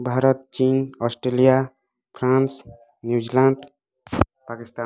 ଭାରତ ଚୀନ Australia France New Zealand Pakistan